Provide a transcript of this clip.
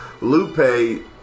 Lupe